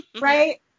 right